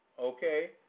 Okay